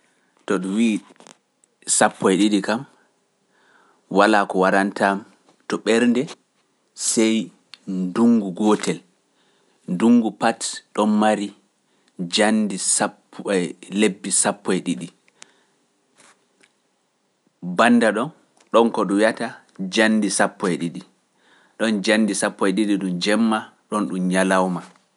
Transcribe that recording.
To ɗum wii sappo e ɗiɗi kam, walaa ko warantaam to ɓernde sey ndungu gootel, ndungu pati ɗon mari janndi lebbi sappo e ɗiɗi. Bannda ɗon, ɗon ko ɗum wiyata janndi sappo e ɗiɗi. ɗon janndi sappo e ɗiɗi ɗum jemma, ɗon ɗum ñalawma.